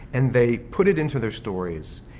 and they put it into their stories.